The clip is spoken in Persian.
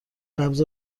قبض